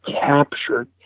captured